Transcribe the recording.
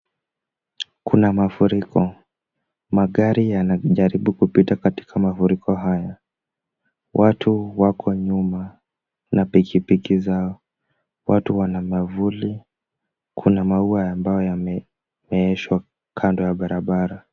Kuna mafuriko, magari yanajaribu kupita katika mafuriko haya. Watu wako nyuma na pikipiki zao, watu wana mavuli. Kuna maua ambayo yamemeeshwa kando ya barabara.